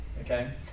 okay